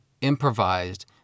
improvised